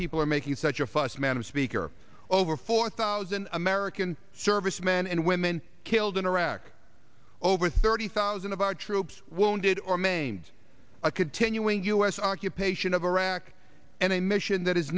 people are making such a fuss madam speaker over four thousand aurukun servicemen and women killed in iraq over thirty thousand of our troops wounded or maimed a continuing u s occupation of iraq and a mission that i